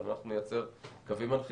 אבל אנחנו נייצר קווים מנחים לפעולה עתידית.